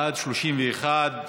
בעד, 31,